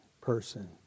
person